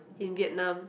in Vietnam